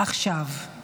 עכשיו.